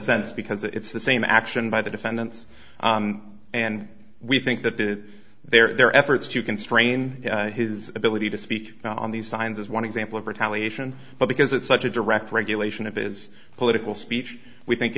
sense because it's the same action by the defendants and we think that their efforts to constrain his ability to speak on these signs is one example of retaliation but because it's such a direct regulation of his political speech we think